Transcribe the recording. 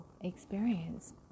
experience